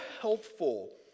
helpful